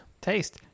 Taste